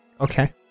Okay